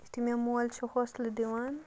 یُتھُے مےٚ مول چھُ حوصلہٕ دِوان